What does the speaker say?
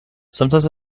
sometimes